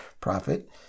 profit